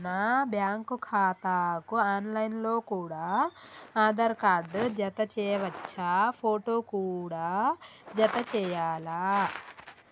నా బ్యాంకు ఖాతాకు online లో కూడా ఆధార్ కార్డు జత చేయవచ్చా ఫోటో కూడా జత చేయాలా?